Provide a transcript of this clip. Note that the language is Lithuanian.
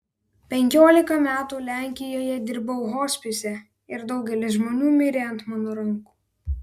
penkiolika metų lenkijoje dirbau hospise ir daugelis žmonių mirė ant mano rankų